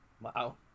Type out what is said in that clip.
Wow